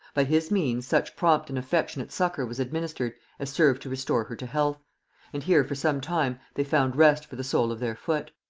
by his means such prompt and affectionate succour was administered as served to restore her to health and here for some time they found rest for the sole of their foot.